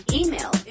email